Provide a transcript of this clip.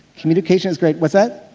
communication is great. what's that?